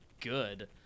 good